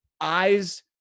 eyes